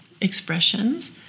expressions